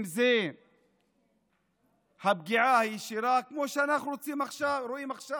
אם זה הפגיעה הישירה, כמו שאנחנו רואים עכשיו,